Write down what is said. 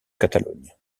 catalogne